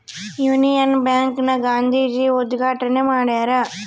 Union Bank ನ ಗಾಂಧೀಜಿ ಉದ್ಗಾಟಣೆ ಮಾಡ್ಯರ